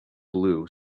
blue